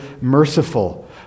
merciful